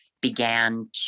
began